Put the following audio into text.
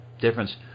difference